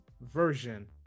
version